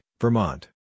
Vermont